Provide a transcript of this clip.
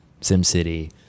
SimCity